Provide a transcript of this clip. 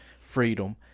freedom